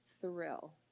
thrill